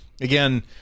Again